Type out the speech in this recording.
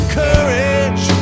courage